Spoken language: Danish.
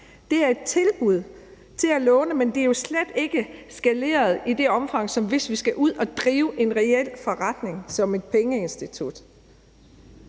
Det er et tilbud til at låne, men det er jo slet ikke skaleret i det omfang, som det skal, hvis vi skal ud at drive en reel forretning som et pengeinstitut.